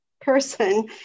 person